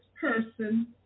person